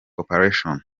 corporation